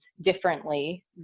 differently